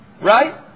Right